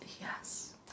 Yes